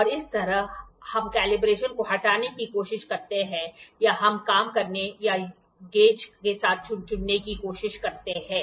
और इस तरह हम कैलिब्रेशन को हटाने की कोशिश करते हैं या हम काम करने या गेज के साथ चुनने की कोशिश करते हैं